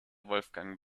wolfgang